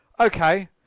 Okay